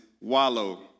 Wallow